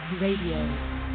Radio